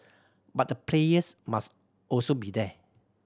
but the players must also be there